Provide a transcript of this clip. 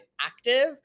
active